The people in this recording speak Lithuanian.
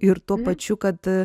ir tuo pačiu kad